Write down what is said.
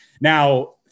Now